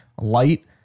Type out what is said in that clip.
light